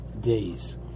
days